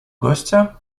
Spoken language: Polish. gościa